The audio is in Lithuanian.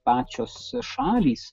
pačios šalys